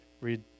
read